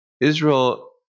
Israel